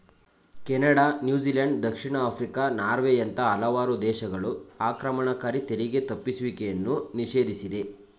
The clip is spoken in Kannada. ಕೆನಡಾ, ನ್ಯೂಜಿಲೆಂಡ್, ದಕ್ಷಿಣ ಆಫ್ರಿಕಾ, ನಾರ್ವೆಯಂತ ಹಲವಾರು ದೇಶಗಳು ಆಕ್ರಮಣಕಾರಿ ತೆರಿಗೆ ತಪ್ಪಿಸುವಿಕೆಯನ್ನು ನಿಷೇಧಿಸಿದೆ